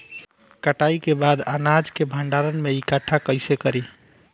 कटाई के बाद अनाज के भंडारण में इकठ्ठा कइसे करी?